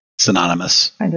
synonymous